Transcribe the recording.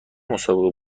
مسابقه